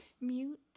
Mute